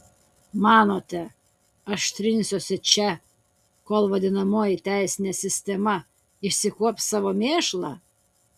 manote aš trinsiuosi čia kol vadinamoji teisinė sistema išsikuops savo mėšlą